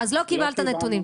אז לא קיבלת נתונים.